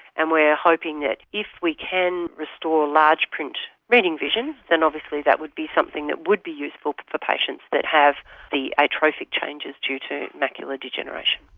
and we're hoping that if we can restore large-print large-print reading vision, then obviously that would be something that would be useful for patients that have the atrophic changes due to macular degeneration.